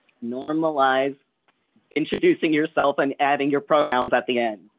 normalize introducing yourself and adding your pronouns at the end.